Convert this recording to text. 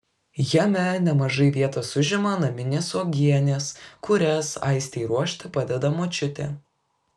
jame nemažai vietos užima naminės uogienės kurias aistei ruošti padeda močiutė